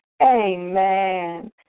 Amen